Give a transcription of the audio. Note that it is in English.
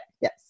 Yes